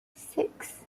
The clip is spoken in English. six